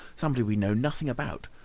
somebody we know nothing about.